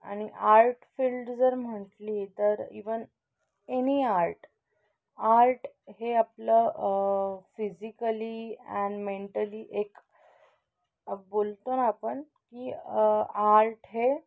आणि art field जर म्हटली तर इव्हन एनी आर्ट आर्ट हे आपलं फिजिकली अँड मेंटली एक बोलतो ना आपण की आर्ट हे